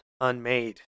unmade